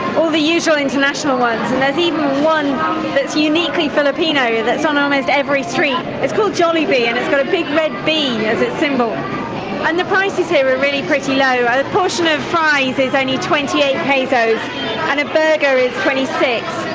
all the usual international ones and there's even one that's uniquely filipino, that's on almost every street. it's called jollibee and it's got a big red bee as its symbol and the prices here are really pretty low a a portion of fries is only twenty eight pesos and a burger is twenty six.